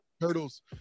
turtles